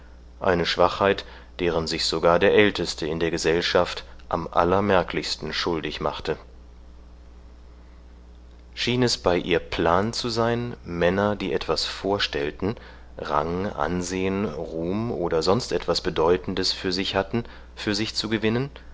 eine schwachheit deren sich sogar der älteste in der gesellschaft am allermerklichsten schuldig machte schien es bei ihr plan zu sein männer die etwas vorstellten rang ansehen ruhm oder sonst etwas bedeutendes für sich hatten für sich zu gewinnen